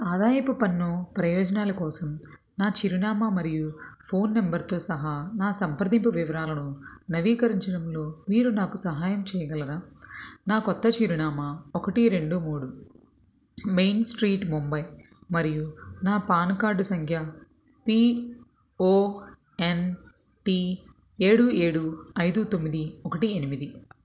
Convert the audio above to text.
ఆదాయపు పన్ను ప్రయోజనాల కోసం నా చిరునామా మరియు ఫోన్ నెంబర్తో సహా నా సంప్రదింపు వివరాలను నవీకరించడంలో మీరు నాకు సహాయం చేయగలరా నా కొత్త చిరునామా ఒకటి రెండు మూడు మెయిన్ స్ట్రీట్ ముంబై మరియు నా పాన్ కార్డు సంఖ్య పీ ఓ ఎన్ టీ ఏడు ఏడు ఐదు తొమ్మిది ఒకటి ఎనిమిది